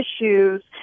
issues